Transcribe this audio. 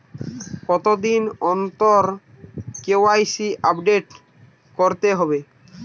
কতদিন অন্তর KYC update করতে হবে?